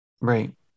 right